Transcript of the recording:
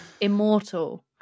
immortal